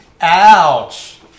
Ouch